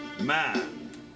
man